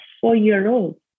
four-year-old